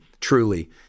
truly